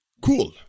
Cool